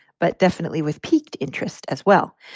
but definitely with piqued interest as well.